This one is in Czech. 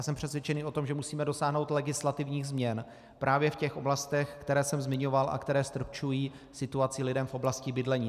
Jsem přesvědčený o tom, že musíme dosáhnout legislativních změn právě v těch oblastech, které jsem zmiňoval a které ztrpčují situaci lidem v oblasti bydlení.